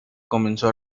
comenzó